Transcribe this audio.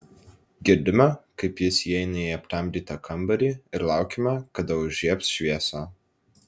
girdime kaip jis įeina į aptemdytą kambarį ir laukiame kada užžiebs šviesą